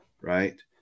right